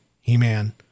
He-Man